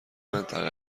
منطقه